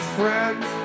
friends